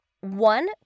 one